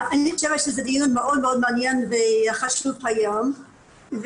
אני חושבת שזה דיון מאוד מאוד מעניין וחשוב היום ואנחנו